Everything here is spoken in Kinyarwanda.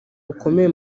rukomeye